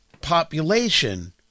population